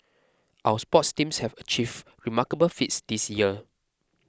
our sports teams have achieved remarkable feats this year